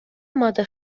آماده